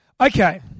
Okay